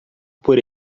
por